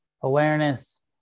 Awareness